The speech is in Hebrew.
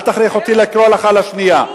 אל תכריח אותי לקרוא אותך פעם שנייה.